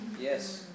Yes